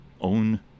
own